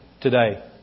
today